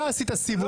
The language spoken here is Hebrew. אתה עשית סיבוב.